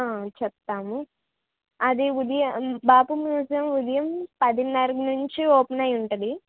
ఆ చెప్తాము అది ఉదయ బాపు మ్యూజియం ఉదయం పదిన్నర నుంచి ఓపెన్ అయ్యి ఉంటుంది